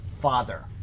Father